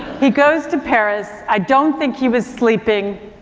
he goes to paris. i don't think he was sleeping